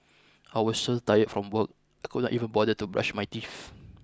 I was so tired from work I could not even bother to brush my teeth